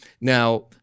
now